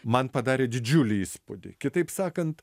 man padarė didžiulį įspūdį kitaip sakant